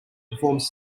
performs